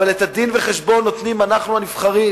אבל את הדין-וחשבון נותנים אנחנו הנבחרים,